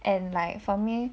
and like for me